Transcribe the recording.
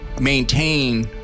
maintain